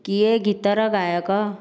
କିଏ ଗୀତର ଗାୟକ